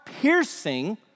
piercing